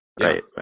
right